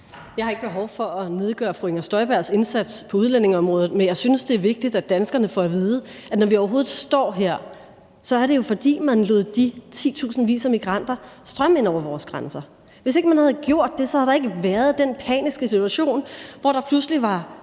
Jeg har ikke behov for at nedgøre fru Inger Støjbergs indsats på udlændingeområdet, men jeg synes, det er vigtigt, at danskerne får at vide, at når vi overhovedet står her, er det jo, fordi man lod de titusindvis af migranter strømme ind over vores grænser. Hvis ikke man havde gjort det, havde der ikke været den paniske situation, hvor der pludselig var